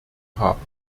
haben